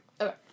Okay